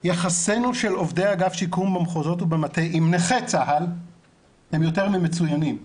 יחסינו של עובדי אגף שיקום במחוזות ובמטה עם נכי צה"ל הם יותר ממצוינים.